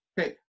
Okay